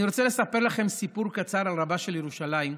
אני רוצה לספר לכם סיפור קצר על רבה של ירושלים,